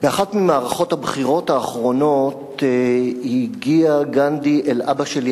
באחת ממערכות הבחירות האחרונות הגיע גנדי אל אבא שלי,